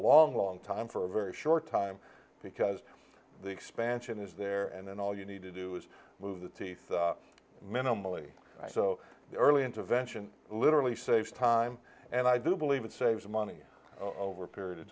long long time for a very short time because the expansion is there and then all you need to do is move the teeth minimally so early intervention literally saves time and i do believe it saves money over a period of